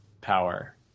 power